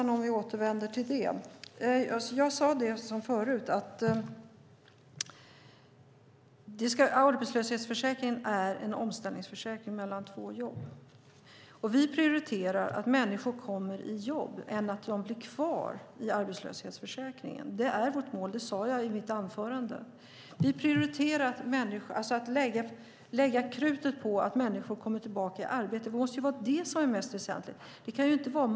Vi återvänder till a-kassan! Som jag sade förut är arbetslöshetsförsäkringen en omställningsförsäkring mellan två jobb. Vi prioriterar att människor kommer i jobb framför att de blir kvar i arbetslöshetsförsäkringen. Det är vårt mål, som jag sade i mitt anförande. Vi prioriterar att lägga krutet på att människor kommer tillbaka i arbete. Det måste vara det mest väsentliga.